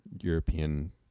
European